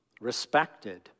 respected